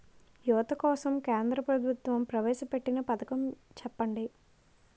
యువత కోసం కేంద్ర ప్రభుత్వం ప్రవేశ పెట్టిన పథకం చెప్పండి?